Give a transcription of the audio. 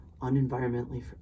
unenvironmentally